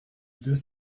deux